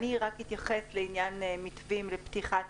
אתייחס רק לעניין מתווים לפתיחת